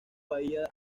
bahía